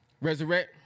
resurrect